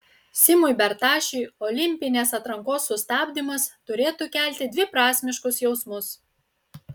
simui bertašiui olimpinės atrankos sustabdymas turėtų kelti dviprasmiškus jausmus